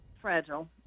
fragile